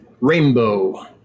rainbow